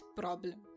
problem